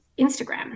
Instagram